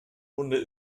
bunde